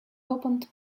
opened